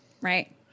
right